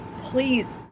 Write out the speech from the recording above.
please